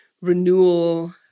renewal